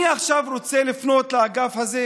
אני רוצה לפנות עכשיו לאגף הזה,